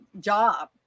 job